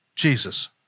Jesus